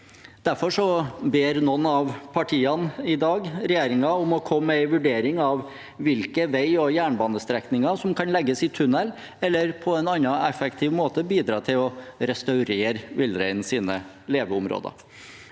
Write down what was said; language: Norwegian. Derfor ber noen av partiene i dag regjeringen om å komme med en vurdering av hvilke vei- og jernbanestrekninger som kan legges i tunell, eller på annen effektiv måte bidra til å restaurere villreinens leveområder.